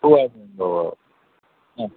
ഉവ്വ് ഉവ്വ് അ